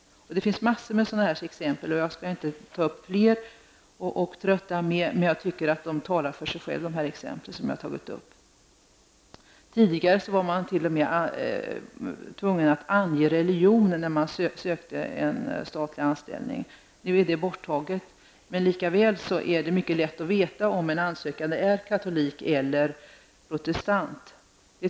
Det finns massor av sådana här exempel. Jag skall inte trötta med fler, de talar för sig själva. Tidigare var man tvungen att ange religion när man sökte en statlig anställning. Nu är det borttaget. Men likaväl är det mycket lätt att veta om en sökande är katolik eller protestant.